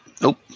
Nope